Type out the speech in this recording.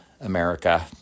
America